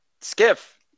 Skiff